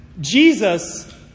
Jesus